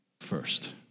first